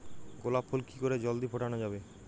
গোলাপ ফুল কি করে জলদি ফোটানো যাবে?